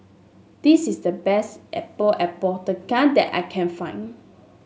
this is the best Epok Epok that I can find